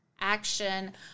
action